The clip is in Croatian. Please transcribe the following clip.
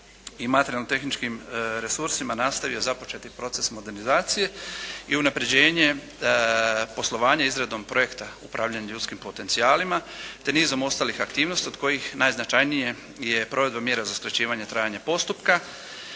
i materijalnotehničkim resursima nastavio započeti proces modernizacije i unapređenje poslovanja izradom projekta upravljanja ljudskim potencijalima te nizom ostalih aktivnosti od kojih najznačajnije je provedba mjera za skraćivanje trajanja postupka,